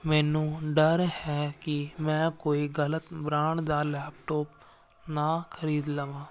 ਮੈਨੂੰ ਡਰ ਹੈ ਕਿ ਮੈਂ ਕੋਈ ਗਲਤ ਬਰਾਂਡ ਦਾ ਲੈਪਟੋਪ ਨਾ ਖਰੀਦ ਲਵਾਂ